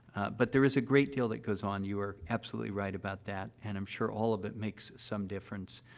but there is a great deal that goes on you're absolutely right about that, and i'm sure all of it makes some difference.